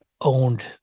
owned